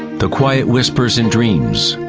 the quiet whispers in dreams,